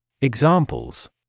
Examples